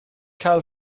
cael